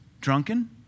drunken